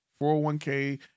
401k